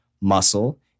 muscle